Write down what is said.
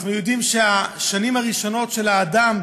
אנחנו יודעים שהשנים הראשונות של האדם,